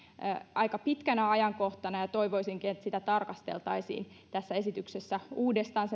aika pitkänä aikana ja toivoisinkin että sen tarkoituksenmukaisuutta tarkasteltaisiin tässä esityksessä uudestaan